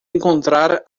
encontrar